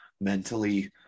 mentally